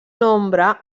nombre